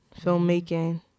filmmaking